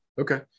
Okay